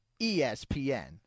ESPN